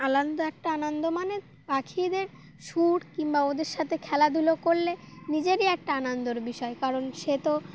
আলাদা আনন্দ একটা আনন্দ মানে পাখিদের সুর কিংবা ওদের সাথে খেলাধুলো করলে নিজেরই একটা আনন্দর বিষয় কারণ সে তো